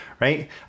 right